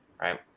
right